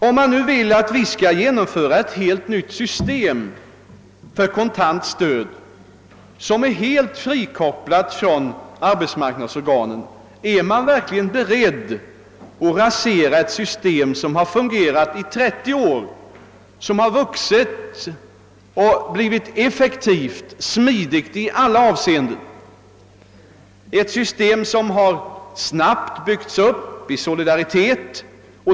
Om man nu vill införa ett helt nytt system som innebär kontant stöd och som är helt frikopplat från arbetsmarknadsorganen, är man då verkligen beredd att rasera ett system som har fungerat bra i 30 år, som har vuxit ut och blivit effektivt och smidigt i alla avseenden, ett system som snabbt har byggts upp i solidaritet?